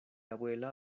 abuela